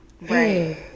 right